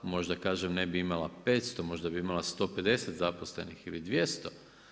Možda kažem, ne bi imala 500 možda bi imala 150 zaposlenih ili 200.